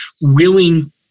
willing